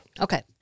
Okay